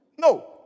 No